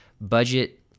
budget